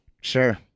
Sure